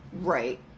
right